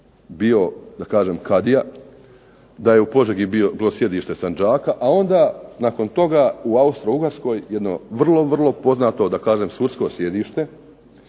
kadija, da je u Požegi bilo sjedište sandžaka, a onda nakon toga u Austro-ugarskoj jedno vrlo, vrlo poznato da kažem sudsko sjedište